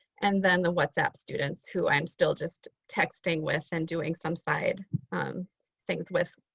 and then the whatsapp students who i'm still just texting with and doing some side things with.